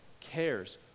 cares